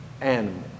animal